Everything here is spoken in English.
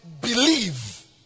believe